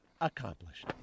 accomplished